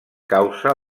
causa